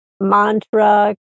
mantra